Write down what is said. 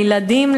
לילדים,